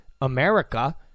America